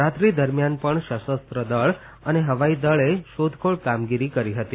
રાત્રિ દરમિયાન પણ સશસ્ત્ર દળ અને હવાઇ દળે શોધખોળ કામગીરી કરી હતી